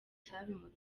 icyabimuteye